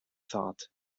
thought